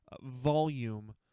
volume